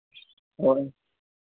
ᱦᱳᱭ